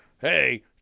hey